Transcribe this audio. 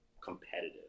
competitive